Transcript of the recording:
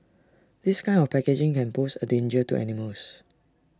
this kind of packaging can pose A danger to animals